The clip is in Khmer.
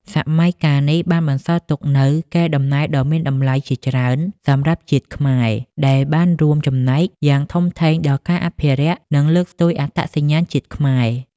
សម័យកាលនេះបានបន្សល់ទុកនូវកេរដំណែលដ៏មានតម្លៃជាច្រើនសម្រាប់ជាតិខ្មែរ ដែលបានរួមចំណែកយ៉ាងធំធេងដល់ការអភិរក្ស និងលើកស្ទួយអត្តសញ្ញាណជាតិខ្មែរ។